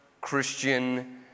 Christian